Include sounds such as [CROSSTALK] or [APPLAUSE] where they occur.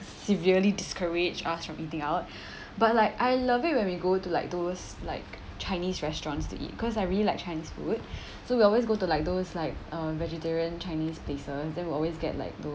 severely discourage us from eating out [BREATH] but like I love it when we go to like those like chinese restaurants to eat cause I really like chinese food [BREATH] so we always go to like those like uh vegetarian chinese places then we'll always get like those